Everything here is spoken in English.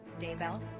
Daybell